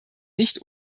nicht